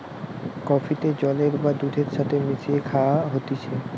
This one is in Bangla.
কফিকে জলের বা দুধের সাথে মিশিয়ে খায়া হতিছে